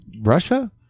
russia